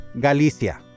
Galicia